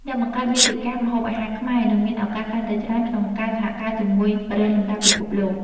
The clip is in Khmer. អ្នកបង្កើតមាតិកាម្ហូបអាហារខ្មែរនឹងមានឱកាសកាន់តែច្រើនក្នុងការសហការជាមួយប្រេនលំដាប់ពិភពលោក។